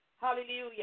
Hallelujah